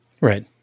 Right